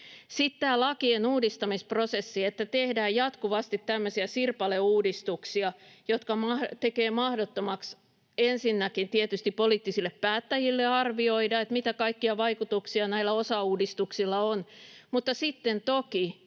Sitten tämä lakien uudistamisprosessi: se, että tehdään jatkuvasti tämmöisiä sirpaleuudistuksia, jotka tekevät mahdottomaksi ensinnäkin tietysti poliittisille päättäjille arvioida, mitä kaikkia vaikutuksia näillä osauudistuksilla on, mutta sitten toki